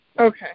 Okay